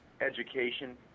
education –